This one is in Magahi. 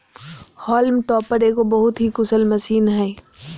हॉल्म टॉपर एगो बहुत ही कुशल मशीन हइ